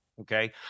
okay